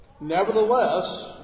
Nevertheless